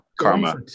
karma